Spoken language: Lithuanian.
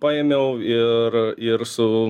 paėmiau ir ir su